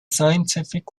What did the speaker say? scientific